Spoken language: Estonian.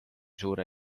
suure